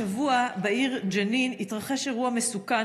השבוע התרחש בעיר ג'נין אירוע מסוכן